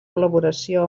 col·laboració